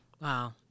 Wow